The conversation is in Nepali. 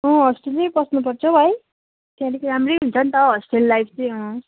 होस्टेलमै बस्नुपर्छ अब है त्यहाँ अलिक राम्रै हुन्छ नि त होस्टेल लाइफ चाहिँ